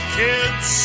kids